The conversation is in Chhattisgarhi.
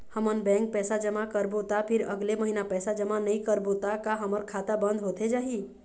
हमन बैंक पैसा जमा करबो ता फिर अगले महीना पैसा जमा नई करबो ता का हमर खाता बंद होथे जाही?